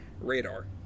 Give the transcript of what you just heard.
radar